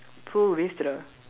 throw waste lah